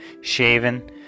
shaven